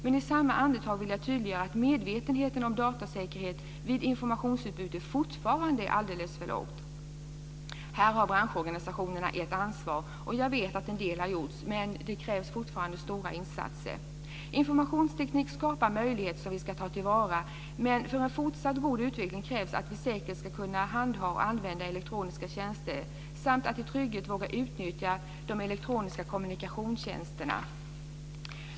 Men i samma andetag vill jag tydliggöra att medvetenheten om datasäkerhet vid informationsutbyte fortfarande är alldeles för dålig. Här har branschorganisationerna ett ansvar, och jag vet att en del har gjorts, men det krävs fortfarande stora insatser. Informationstekniken skapar möjligheter som vi ska ta till vara. Men för en fortsatt god utveckling krävs det att vi säkert ska kunna handha och använda elektroniska tjänster samt att i trygghet våga utnyttja de elektroniska kommunikationstjänsterna.